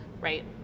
right